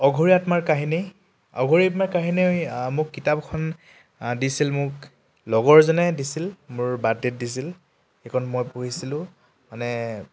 অঘৰি আত্মাৰ কাহিনী অঘৰি আত্মাৰ কাহিনী আমি মোক কিতাপখন দিছিল মোক লগৰ এজনে দিছিল মোৰ বাৰ্থডেত দিছিল সেইখন মই পঢ়িছিলোঁ মানে